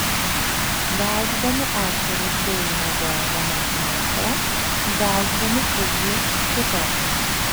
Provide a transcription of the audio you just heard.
gaudydami ešerius žvejai naudoja vienokį masalą gaudydami pūgžlius kitokį